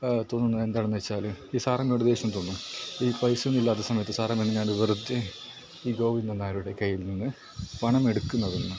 തോന്നുന്നത് എന്താണെന്ന് വച്ചാൽ ഈ സാറാമ്മയോട് ദേഷ്യം തോന്നും ഈ പൈസയൊന്നുമില്ലാത്ത സമയത്ത് സാറമ്മ എന്തിനാണ് വെറുതെ ഈ ഗോവിന്ദൻ നായരുടെ കയ്യിൽ നിന്ന് പണമെടുക്കുന്നതെന്ന്